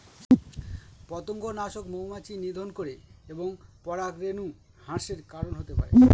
পতঙ্গনাশক মৌমাছি নিধন করে এবং পরাগরেণু হ্রাসের কারন হতে পারে